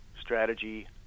strategy